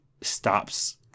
stops